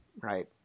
Right